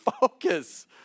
focus